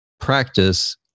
practice